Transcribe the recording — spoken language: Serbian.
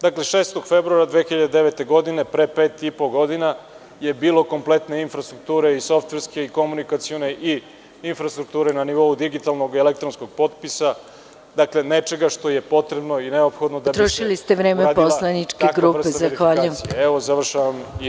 Dakle, 6. februara 2009. godine, pre pet i po godina, je bilo kompletne infrastrukture i softverske i komunikacione i infrastrukture na nivou digitalnog elektronskog potpisa, dakle, nečega što je potrebno i neophodno da bi radila takva vrsta…